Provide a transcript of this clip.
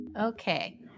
Okay